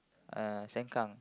uh Sengkang